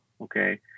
okay